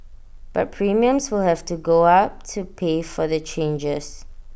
but premiums will have to go up to pay for the changes